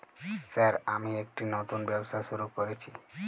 Sir আমি একটি নতুন ব্যবসা শুরু করেছি?